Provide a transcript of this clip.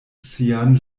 sian